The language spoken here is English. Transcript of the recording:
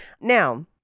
Now